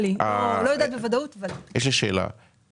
לא יודעת בוודאות אבל נראה לי שיש כל מיני שיקולים מהסוג הזה.